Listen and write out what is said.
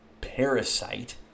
parasite